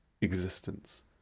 existence